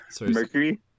mercury